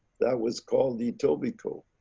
that was called the etobicoke.